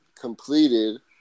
completed